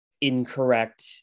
incorrect